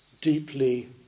deeply